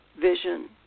vision